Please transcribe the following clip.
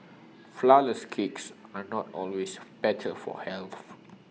Flourless Cakes are not always better for health